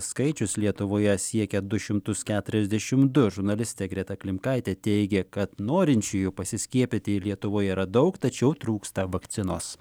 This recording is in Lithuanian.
skaičius lietuvoje siekia du šimtus keturiasdešimt du žurnalistė greta klimkaitė teigia kad norinčiųjų pasiskiepyti lietuvoje yra daug tačiau trūksta vakcinos